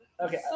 Okay